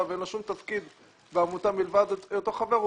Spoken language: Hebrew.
ואין לו שום תפקיד בעמותה מלבד היותו חבר,